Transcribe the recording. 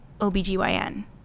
OBGYN